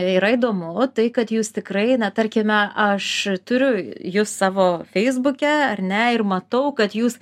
yra įdomu tai kad jūs tikrai na tarkime aš turiu jus savo feisbuke ar ne ir matau kad jūs